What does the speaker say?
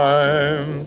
Time